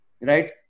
right